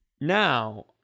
Now